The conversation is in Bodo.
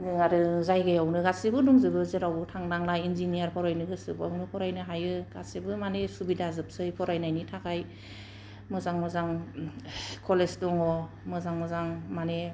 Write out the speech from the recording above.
नों आरो जायगायावनो गासिबो दंजोबो जेरावबो थांनांला इनजिनियार फरायनो गोसो बावनो फरायनो हायो गासिबो मानि सुबिदा जोबसै फरायनायनि थाखाय मोजां मोजां कलेज दङ मोजां मोजां मानि